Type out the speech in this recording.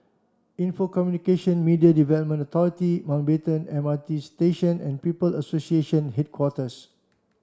info Communication Media Development Authority Mountbatten M R T Station and People Association Headquarters